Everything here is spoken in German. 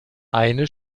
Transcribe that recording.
eine